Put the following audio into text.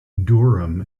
durham